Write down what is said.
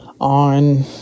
on